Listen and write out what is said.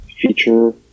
feature